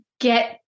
get